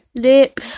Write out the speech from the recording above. lip